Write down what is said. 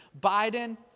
Biden